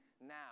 now